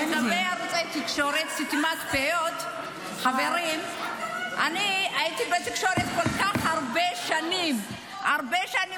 שמפעיל סחיטה באיומים נגד בנק לאומי הוא